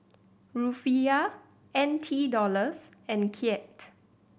Rufiyaa N T Dollars and Kyat